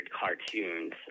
cartoons